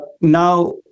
Now